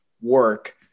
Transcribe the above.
work